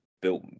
built